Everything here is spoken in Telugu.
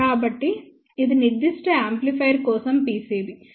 కాబట్టి ఇది నిర్దిష్ట యాంప్లిఫైయర్ కోసం PCB